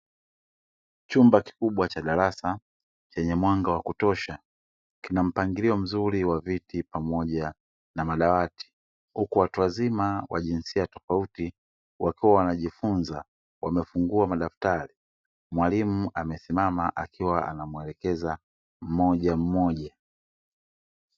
Chumba kikubwa cha darasa chenye mwanga wa kutosha kina mpangilio mzuri wa viti pamoja na madawati, Huku watu wazima wa jinsia tofauti wakiwa wanajifunza wamefungua madaftari, mwalimu amesimama akiwa anamwelekeza mmoja mmoja.